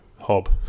hob